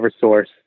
Source